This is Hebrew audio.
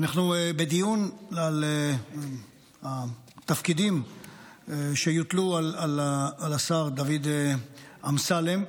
אנחנו בדיון על התפקידים שיוטלו על השר דוד אמסלם.